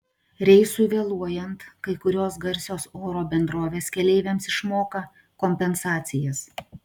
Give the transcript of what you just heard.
reisui vėluojant kai kurios garsios oro bendrovės keleiviams išmoka kompensacijas